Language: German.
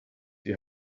die